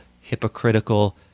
hypocritical